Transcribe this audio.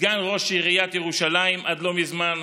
סגן ראש עיריית ירושלים עד לא מזמן,